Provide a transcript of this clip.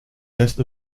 best